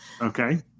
Okay